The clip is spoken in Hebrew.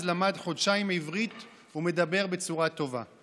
למד חודשיים עברית ומדבר בצורה טובה.